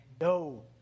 no